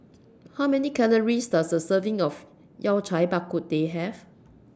How Many Calories Does A Serving of Yao Cai Bak Kut Teh Have